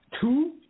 Two